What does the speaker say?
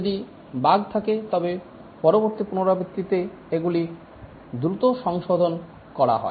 যদি বাগ থাকে তবে পরবর্তী পুনরাবৃত্তিতে এগুলি দ্রুত সংশোধন করা হয়